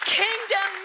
kingdom